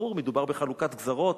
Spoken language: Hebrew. ברור, מדובר בחלוקת גזרות,